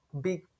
big